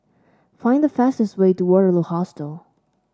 find the fastest way to Waterloo Hostel